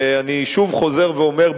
ואני שוב חוזר ואומר,